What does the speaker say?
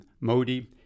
Modi